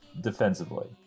defensively